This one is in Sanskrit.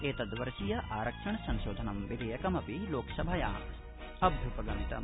एतद्वर्षीयम् आरक्षण संशोधनविधेयकमपि लोकसभायाम् अभ्युपगमितम्